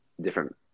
different